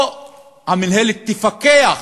או שהמינהלת תפקח